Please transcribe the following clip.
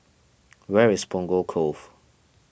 where is Punggol Cove